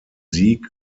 sieg